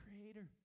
creator